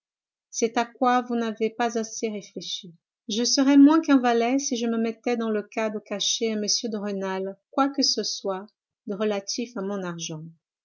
c'est à quoi vous n'avez pas assez réfléchi je serais moins qu'un valet si je me mettais dans le cas de cacher à m de rênal quoi que ce soit de relatif à mon argent